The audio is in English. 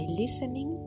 listening